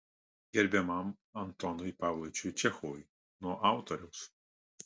gerbiamam antonui pavlovičiui čechovui nuo autoriaus